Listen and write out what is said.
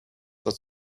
that